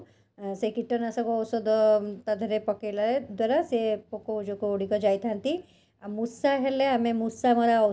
ଆଉ ଯେଉଁ ଷ୍ଟିଲ୍ ବାସନ ଗୁଡ଼ିକ ରଖିଛୁ ସେଗୁଡ଼ିକ ଆମେ ଖାଇବା ପାଇଁକି ବ୍ୟବହାର କରିଥାଉ ଭାତ ଡାଲି ଏଗୁଡ଼ା ସବୁ